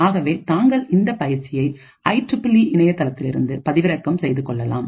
ஆகவே தாங்கள் இந்த பயிற்சியை ஐ ட்ரிபிள்ஈ இணையதளத்திலிருந்து பதிவிறக்கம் செய்து கொள்ளலாம்